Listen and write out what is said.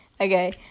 Okay